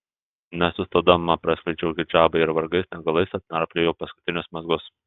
nesustodama praskleidžiau hidžabą ir vargais negalais atnarpliojau paskutinius mazgus